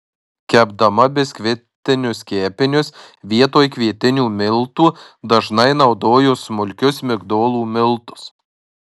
kepdama biskvitinius kepinius vietoj kvietinių miltų dažnai naudoju smulkius migdolų miltus